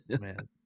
Man